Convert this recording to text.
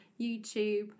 YouTube